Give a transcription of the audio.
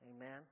Amen